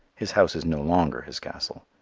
his house is no longer his castle.